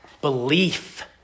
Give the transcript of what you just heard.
belief